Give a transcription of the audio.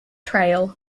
trail